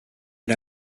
had